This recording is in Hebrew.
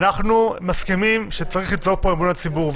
אנחנו מסכימים שצריך ליצור פה אמון הציבור,